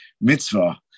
mitzvah